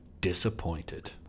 Disappointed